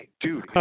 Dude